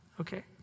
Okay